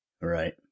right